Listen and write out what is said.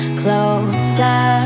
closer